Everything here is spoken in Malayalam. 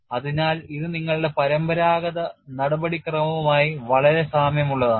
അതിനാൽ ഇത് നിങ്ങളുടെ പരമ്പരാഗത നടപടിക്രമവുമായി വളരെ സാമ്യമുള്ളതാണ്